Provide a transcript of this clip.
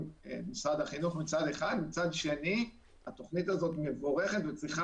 משרד החינוך מצד אחד ומצד שני התוכנית הזאת מבורכת וצריך